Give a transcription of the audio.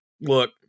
look